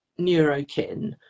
neurokin